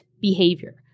behavior